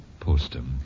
Postum